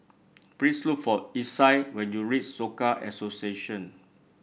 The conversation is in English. please look for Isai when you reach Soka Association